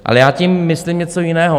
Ale já tím myslím něco jiného.